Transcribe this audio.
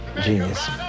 genius